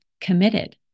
committed